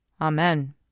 Amen